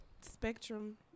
spectrum